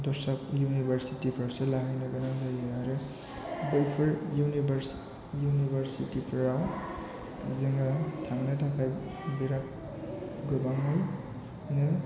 दस्रा इउनिभारसिटि फ्रावसो लाहैनो गोनां जायो आरो बैफोर इउनिभारसिटि इउनिभारसिटिफोराव जोङो थांनो थाखाय बिराद गोबांयैनो